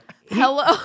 Hello